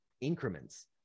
increments